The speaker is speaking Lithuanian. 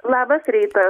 labas rytas